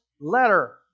letter